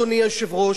אדוני היושב-ראש,